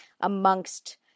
amongst